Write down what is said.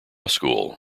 school